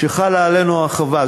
וחלה עלינו החובה.